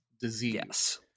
disease